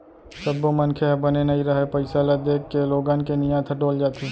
सब्बो मनखे ह बने नइ रहय, पइसा ल देखके लोगन के नियत ह डोल जाथे